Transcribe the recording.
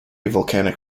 volcanic